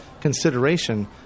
consideration